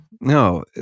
No